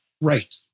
Right